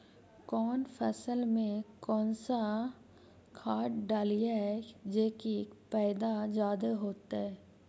कौन फसल मे कौन सा खाध डलियय जे की पैदा जादे होतय?